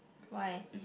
why